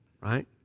right